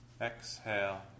exhale